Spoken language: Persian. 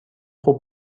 خوب